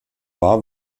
bar